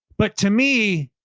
but to me,